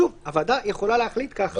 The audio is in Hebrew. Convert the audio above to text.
שוב, הוועדה יכולה להחליט כך או אחרת.